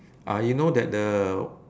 ah you know that the